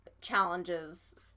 challenges